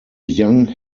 young